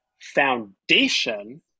Foundation